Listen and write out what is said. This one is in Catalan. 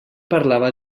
parlava